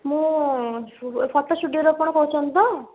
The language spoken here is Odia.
ମୁଁ ଫଟୋ ଷ୍ଟୁଡ଼ିଓରୁ ଆପଣ କହୁଛନ୍ତି ତ